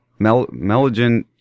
melogen